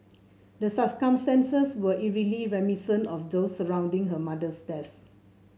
the circumstances were eerily reminiscent of those surrounding her mother's death